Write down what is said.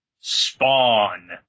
Spawn